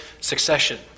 succession